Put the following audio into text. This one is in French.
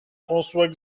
françois